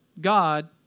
God